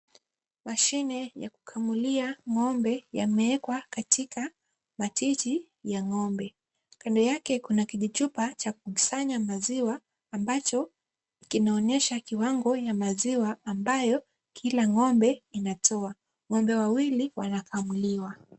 Mashine ya kukamulia ng'ombe yameekwa katika matiti ya ng'ombe. Kando yake kuna kijichupa cha kukusanya maziwa ambacho kinaonyesha kiwango cha maziwa ambacho kila ng'ombe anatoa. Ng'ombe wawili wanakamuliwa.